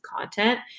content